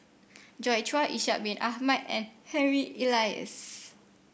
Joi Chua Ishak Bin Ahmad and Harry Elias